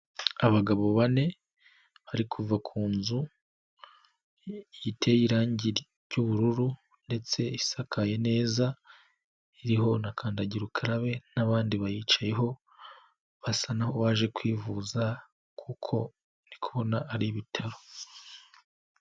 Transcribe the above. Abagabo bane bari kuva ku nzu iteye irangi ry'ubururu ndetse isakaye neza iriho na kandagira ukarabe n'abandi bayicayeho basa nkaho baje kwivuza kuko ndi kubona ari ibitaro.